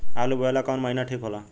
आलू बोए ला कवन महीना ठीक हो ला?